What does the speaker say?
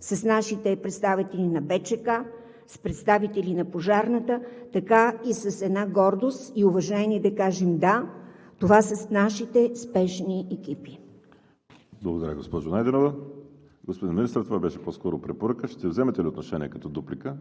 с нашите представители на БЧК, с представители на пожарната, така с една гордост и уважение да кажем: да, това са нашите спешни екипи! ПРЕДСЕДАТЕЛ ВАЛЕРИ СИМЕОНОВ: Благодаря, госпожо Найденова. Господин Министър, това беше по-скоро препоръка. Ще вземете ли отношение като дуплика?